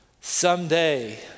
Someday